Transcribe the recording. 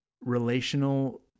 relational